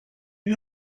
you